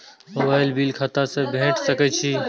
Mobile bill खाता से भेड़ सके छि?